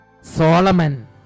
Solomon